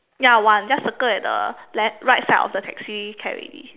ya one just circle at the left right side of the taxi can already